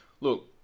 Look